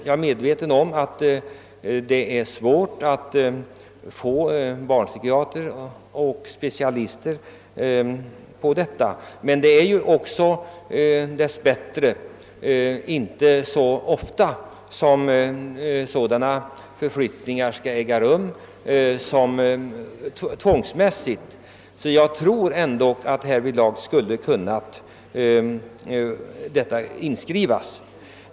Jag är medveten om att det är svårt att få barnpsykiatrer och specialister på detta område, men det är dess bättre inte så ofta som tvångsmässiga förflyttningar äger rum. Jag tror alltså ändå att dessa regler skulle kunnat inskrivas i lagförslaget.